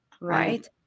Right